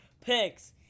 picks